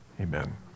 amen